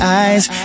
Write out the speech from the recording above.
eyes